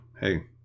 hey